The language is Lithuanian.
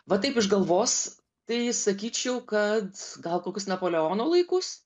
va taip iš galvos tai sakyčiau kad gal kokius napoleono laikus